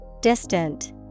Distant